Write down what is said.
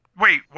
Wait